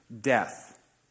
death